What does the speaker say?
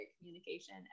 communication